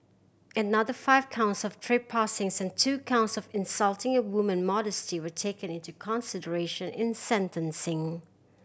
another five counts of trespassing and two counts of insulting a woman modesty were taken into consideration in sentencing